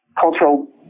cultural